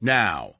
now